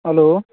hello